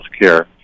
healthcare